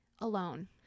alone